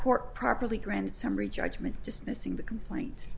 court properly granted summary judgment dismissing the complaint